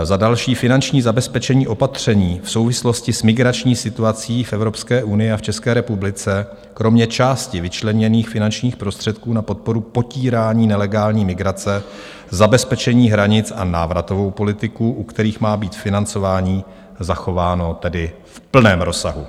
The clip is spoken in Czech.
Za další, finanční zabezpečení opatření v souvislosti s migrační situací v Evropské unii a v České republice kromě části vyčleněných finančních prostředků na podporu potírání nelegální migrace, zabezpečení hranic a návratovou politiku, u kterých má být financování zachováno v plném rozsahu.